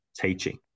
teaching